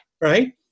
right